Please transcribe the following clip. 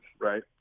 right